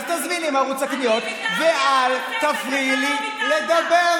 אז תזמיני מערוץ הקניות ואל תפריעי לי לדבר.